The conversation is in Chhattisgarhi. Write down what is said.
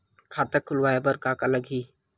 खाता खुलवाय बर का का लगही?